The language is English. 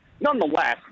nonetheless